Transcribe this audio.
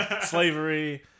slavery